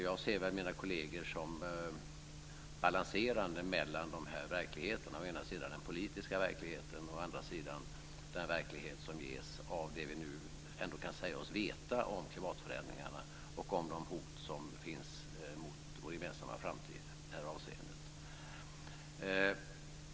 Jag ser mina kolleger som balanserande mellan de här verkligheterna; å ena sidan den politiska verkligheten, å andra sidan den verklighet som ges av det som vi nu kan säga oss veta om klimatförändringarna och om de hot som i det här avseendet finns mot vår gemensamma framtid.